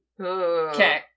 Okay